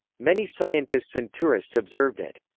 many scientists and tourists observed it.